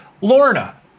Lorna